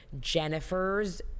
Jennifer's